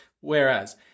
Whereas